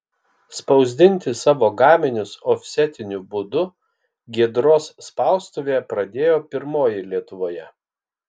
spausdinti savo gaminius ofsetiniu būdu giedros spaustuvė pradėjo pirmoji lietuvoje